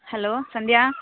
hello Sandhya